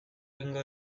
egingo